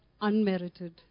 unmerited